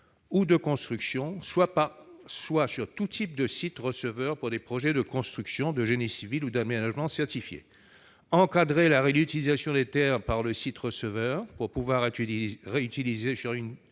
ou de construction, soit sur tout type de site receveur pour des projets de construction, de génie civil ou d'aménagement certifiés. Enfin, encadrer la réutilisation des terres par le site receveur. Pour pouvoir être réutilisées sur un